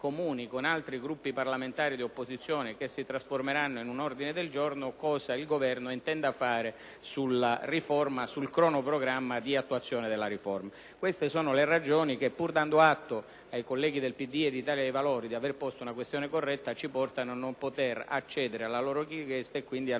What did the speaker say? comuni con altri Gruppi parlamentari di opposizione, che si trasformeranno in un ordine del giorno, circa il cronoprogramma di attuazione della riforma. Queste sono le ragioni che, pur dando atto ai colleghi del PD e dell'Italia dei Valori di aver posto una questione corretta, ci portano a non poter aderire alla loro richiesta e quindi a non votare